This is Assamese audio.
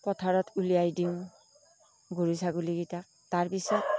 পথাৰত উলিয়াই দিওঁ গৰু ছাগলীকেইটাক তাৰপিছত